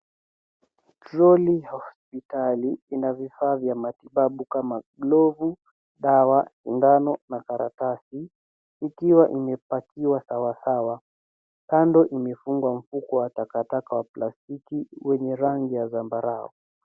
Troli ya hospitali ina vifaa vya matibabu kama glovu , dawa, sindano na karatasi ikiwa imepakiwa sawa sawa. Kando imefungwa mfuko wa takataka wa plastiki wenye rangi ya zambarau.